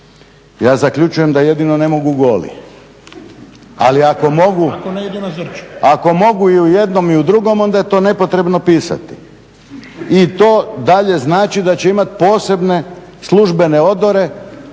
Ja zaključujem da jedino ne mogu goli. Ali ako mogu i u jednom i u drugom onda je to nepotrebno pisati. I to dalje znači da će imati posebne službene odore,